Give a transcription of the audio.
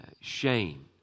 shame